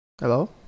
Hello